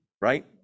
right